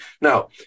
now